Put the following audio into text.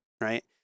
right